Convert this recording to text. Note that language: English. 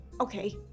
Okay